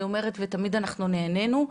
אני אומרת ותמיד אנחנו נהנינו,